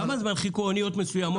כמה זמן חיכו אוניות מסוימות?